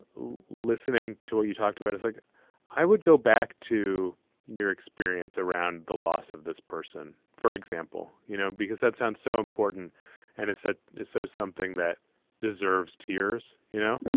listening to what you talked about is like i would go back to your experience around the loss of this person, for example, you know, because that sounds so important and it said so something that deserves tears, you know,